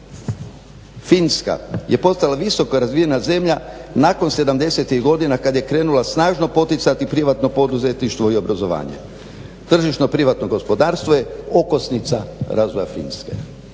Finska je postala visoko razvijena zemlja nakon sedamdesetih godina kada je krenula snažno poticati privatno poduzetništvo i obrazovanje. Tržišno privatno gospodarstvo je okosnica razvoja Finske.